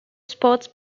sports